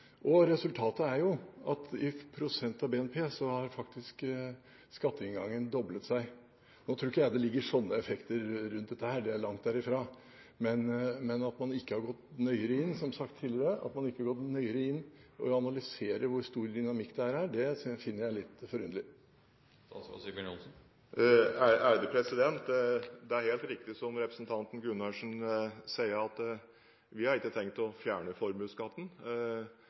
Resultatet er at skatteinngangen faktisk har doblet seg i prosent av BNP. Nå tror ikke jeg det ligger sånne effekter rundt dette her, langt derifra, men at man – som sagt tidligere – ikke har gått nøyere inn og analysert hvor stor dynamikk det er her, finner jeg litt forunderlig. Det er helt riktig, som representanten Gundersen sier, at vi ikke har tenkt å fjerne formuesskatten.